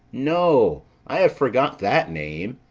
no. i have forgot that name,